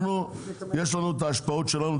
אנחנו יש לנו את ההשפעות שלנו,